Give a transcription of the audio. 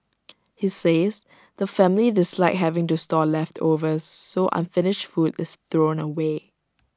he says the family dislike having to store leftovers so unfinished food is thrown away